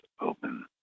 open